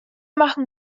machen